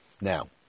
Now